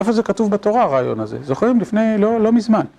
איפה זה כתוב בתורה, הרעיון הזה? זוכרים? לפני, לא מזמן.